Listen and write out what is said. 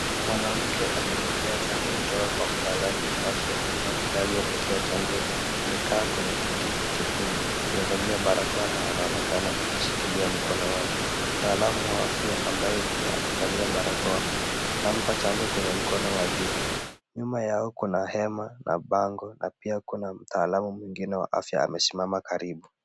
Mwanamke akipokea chanjo kutoka kwa mtaalam wa afya. Mwanamke aliyepokea chanjo amekaa kwenye kiti chekundu amevalia barakoa na anaonekana akishikilia mkono wake. Mtaalam wa afya ambaye pia amevalia barakoa anampa chanjo kwenye mkono wa juu. Nyuma yao kuna hema na bango na pia kuna mtaalam mwingine wa afya amesimama karibu.